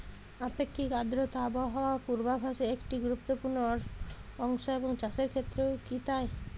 আপেক্ষিক আর্দ্রতা আবহাওয়া পূর্বভাসে একটি গুরুত্বপূর্ণ অংশ এবং চাষের ক্ষেত্রেও কি তাই?